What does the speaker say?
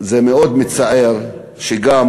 זה מאוד מצער שגם